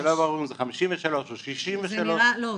זה לא ברור אם זה 53' או 63'. לא,